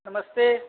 नमस्ते